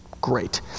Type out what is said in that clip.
great